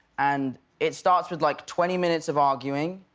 and it starts with like twenty minutes of arguing,